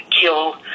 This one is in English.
kill